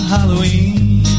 Halloween